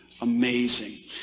amazing